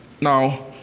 Now